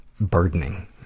burdening